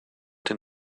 den